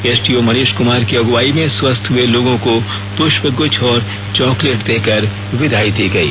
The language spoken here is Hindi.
एसडीओ मनीष कुमार की अगुवाई में स्वस्थ हुए लोगों को पुष्पगुच्छ और चॉकलेट देकर विदाई दी गई